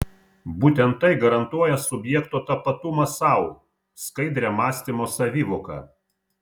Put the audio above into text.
būtent tai garantuoja subjekto tapatumą sau skaidrią mąstymo savivoką